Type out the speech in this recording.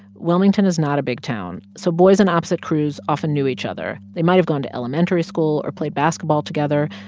wilmington is not a big town, so boys in opposite crews often knew each other. they might have gone to elementary school or played basketball together.